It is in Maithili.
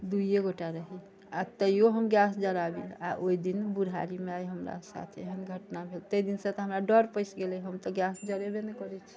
दुइये गोटा रही आ तय्यौ हम गैस जराबी आ ओहि दिन बुढ़ारीमे आइ हमरा साथे एहन घटना भेल ताहि दिनसँ हमरा डर पैस गेलै हम तऽ गैस जरैबे नहि करै छी